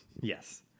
Yes